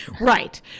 Right